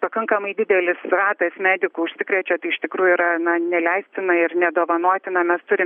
pakankamai didelis ratas medikų užsikrečia tai iš tikrųjų yra na neleistina ir nedovanotina mes turim